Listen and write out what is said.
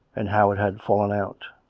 and how it had fallen out.